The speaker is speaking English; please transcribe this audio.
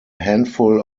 handful